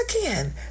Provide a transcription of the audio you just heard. again